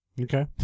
Okay